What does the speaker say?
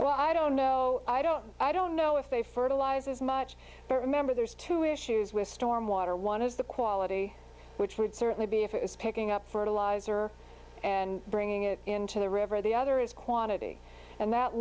well i don't know i don't i don't know if they fertilize as much but remember there's two issues with storm water one is the quality which would certainly be if it was picking up fertilizer and bringing it into the river the other is quantity and that